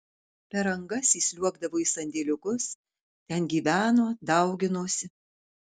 per angas įsliuogdavo į sandėliukus ten gyveno dauginosi